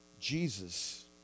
Jesus